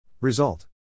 Result